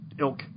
ilk